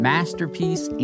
Masterpiece